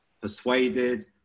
persuaded